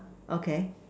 okay